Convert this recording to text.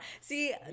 See